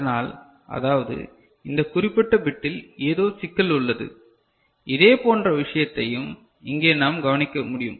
அதனால் அதாவது இந்த குறிப்பிட்ட பிட்டில் ஏதோ சிக்கல் உள்ளது இதேபோன்ற விஷயத்தையும் இங்கே நாம் கவனிக்க முடியும்